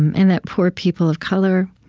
and that poor people of color